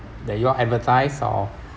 that you all advertise or